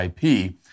IP